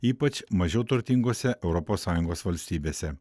ypač mažiau turtingose europos sąjungos valstybėse